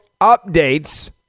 updates